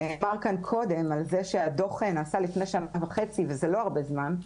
נאמר קודם על זה שהדוח נעשה לפני שנה וחצי וזה לא הרבה זמן,